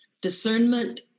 discernment